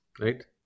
right